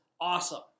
awesome